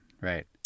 right